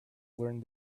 learned